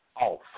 off